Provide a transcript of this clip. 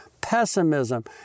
pessimism